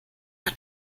hat